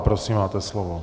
Prosím, máte slovo.